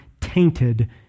tainted